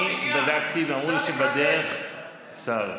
אני בדקתי ואמרו לי שבדרך שר.